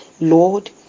lord